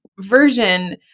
version